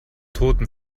toten